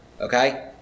okay